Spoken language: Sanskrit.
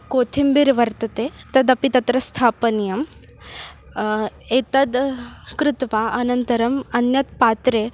कोथिम्बिर् वर्तते तदपि तत्र स्थापनीयम् एतद् कृत्वा अनन्तरम् अन्यत् पात्रे